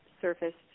surfaced